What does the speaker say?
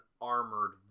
armored